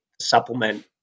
supplement